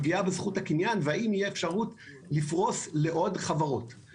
של פגיעה בזכות הקניין והאם תהיה אפשרות לעוד חברות לפרוס.